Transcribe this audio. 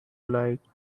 like